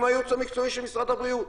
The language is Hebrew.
עם הייעוץ המקצועי של משרד הבריאות.